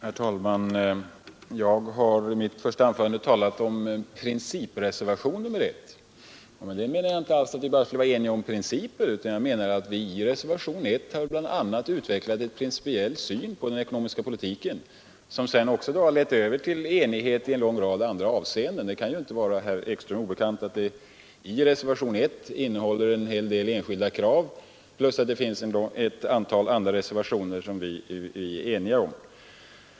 Herr talman! Jag har i mitt första anförande talat om principreservationen 1. Med det menar jag inte alls att vi bara skulle vara eniga om principer, utan jag menar att vi i reservationen 1 bland annat har utvecklat en principiell syn på den ekonomiska politiken, som sedan lett till enhet i en lång rad andra avseenden. Det kan inte vara herr Ekström obekant att reservationen 1 innehåller en hel del enskilda krav samt att det finns ett antal andra reservationer som vi är eniga om.